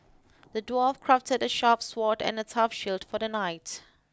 the dwarf crafted a sharp sword and a tough shield for the knight